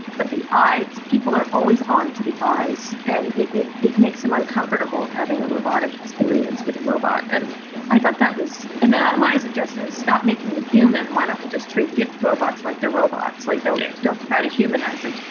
but the eyes, people are always on to the eyes. and it it makes them uncomfortable having a robotic experience with a robot and i thought that was. and then ah my suggestion is stop making them human, why don't we just treat yeah robots like they're robots? like don't yeah don't try to humanize them.